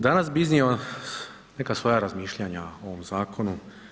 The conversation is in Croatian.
Danas bi iznio neka svoja razmišljanja o ovom zakonu.